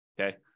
Okay